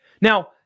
Now